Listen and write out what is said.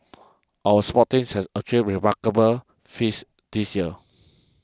our sports teams has achieved remarkable feats this year